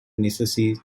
necessities